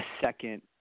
second